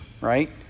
right